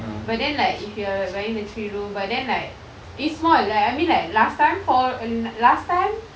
but then like if you are buying the three room but then like it's small like I mean like last time four and last time